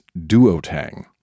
duotang